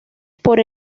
por